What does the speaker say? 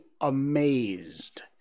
amazed